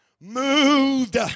moved